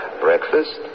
breakfast